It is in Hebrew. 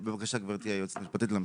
בבקשה, גברתי היועצת המשפטית, להמשיך.